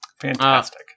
Fantastic